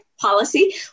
policy